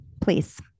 please